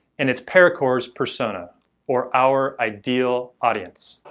and it's paracore's persona or our ideal audience.